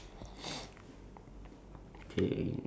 that one is like to me like interesting lah that one